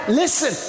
listen